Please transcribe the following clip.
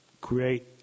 create